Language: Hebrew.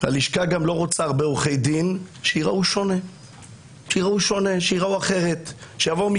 חרדים ולא מתאים להם